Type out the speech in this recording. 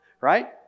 right